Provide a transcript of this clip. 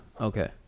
okay